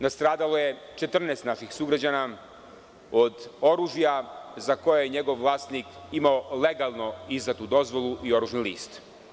Nastradalo je 14 naših sugrađana od oružja za koje je njegov vlasnik imao legalno izdatu dozvolu i oružani list.